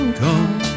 come